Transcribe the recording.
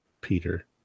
Peter